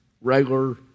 regular